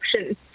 option